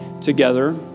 together